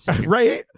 right